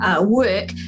work